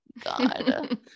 God